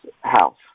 house